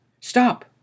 Stop